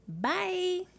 Bye